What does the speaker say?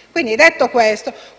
interviene. Questo lo